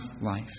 life